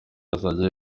azajya